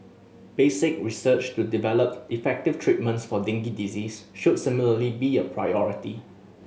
basic research to develop effective treatments for dengue disease should similarly be a priority